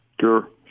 Sure